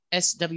sw